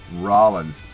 Rollins